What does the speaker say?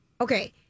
Okay